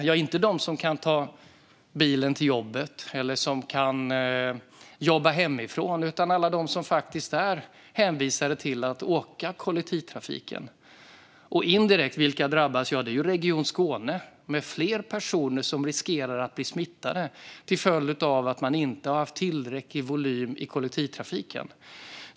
Inte är det de som kan ta bilen till jobbet eller jobba hemifrån. Det är alla de som faktiskt är hänvisade till att åka med kollektivtrafiken. Vilka är det som drabbas indirekt? Det är Region Skåne, som får fler personer som riskerar att bli smittade, till följd av att man inte har haft tillräcklig volym i kollektivtrafiken.